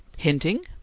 hinting?